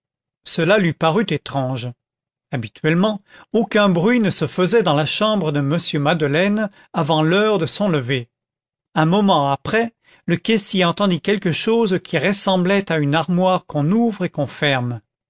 cela lui parut étrange habituellement aucun bruit ne se faisait dans la chambre de m madeleine avant l'heure de son lever un moment après le caissier entendit quelque chose qui ressemblait à une armoire qu'on ouvre et qu'on referme